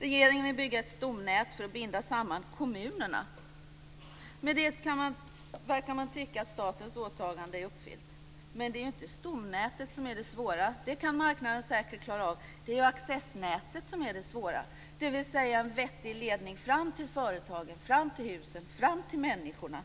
Regering vill bygga ett stomnät för att binda samman kommunerna. Med det kan man tycka att statens åtagande är uppfyllt. Men det är inte stomnätet som är det svåra. Det kan marknaden säkert klara av. Det är accessnätet som är det svåra, dvs. en vettig ledning fram till företagen, fram till husen, fram till människorna.